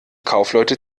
kaufleute